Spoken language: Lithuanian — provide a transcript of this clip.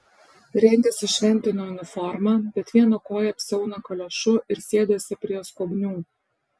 rengiasi šventine uniforma bet vieną koją apsiauna kaliošu ir sėdasi prie skobnių